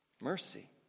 Mercy